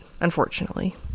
Unfortunately